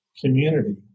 community